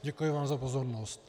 Děkuji vám za pozornost.